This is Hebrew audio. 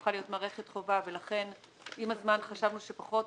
הפכה להיות מערכת חובה ולכן עם הזמן חשבנו שפחות